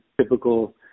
typical